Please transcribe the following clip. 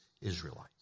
Israelites